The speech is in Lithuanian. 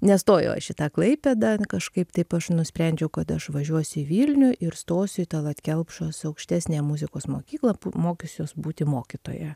nestojau aš į tą klaipėdą kažkaip taip aš nusprendžiau kad aš važiuosiu į vilnių ir stosiu į tallat kelpšos aukštesniąją muzikos mokyklą p mokysiuos būti mokytoja